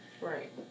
Right